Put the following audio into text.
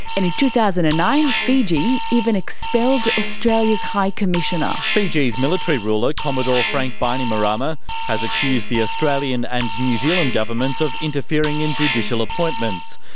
and in two thousand and nine fiji even expelled australia's high commissioner. fiji's military ruler commodore frank bainimarama has accused the australian and new zealand governments of interfering in judicial appointments.